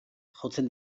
jotzen